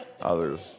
others